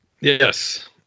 Yes